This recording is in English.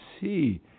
see